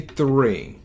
three